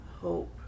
hope